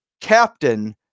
captain